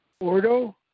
ordo